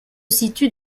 situe